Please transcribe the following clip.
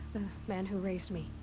man who raised me.